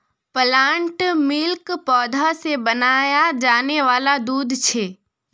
plant milk पौधा से बनाया जाने वाला दूध छे